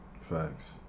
Facts